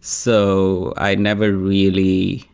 so i never really